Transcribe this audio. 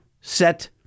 set